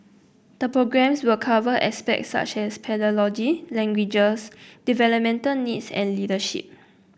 the programmes will cover aspects such as pedagogy languages developmental needs and leadership